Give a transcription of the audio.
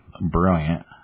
brilliant